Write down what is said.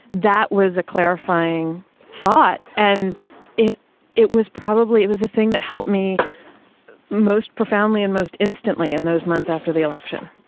that was a clarifying thought. and it it was probably, it was the thing that helped me most profoundly and most instantly in those months after the election.